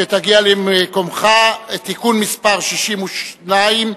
כשתגיע למקומך אנחנו נצביע על הצעת חוק סדר הדין הפלילי (תיקון מס' 62,